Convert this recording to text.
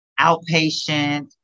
outpatient